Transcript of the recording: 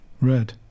red